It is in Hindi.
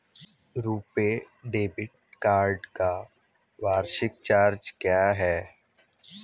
रुपे डेबिट कार्ड का वार्षिक चार्ज क्या है?